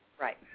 Right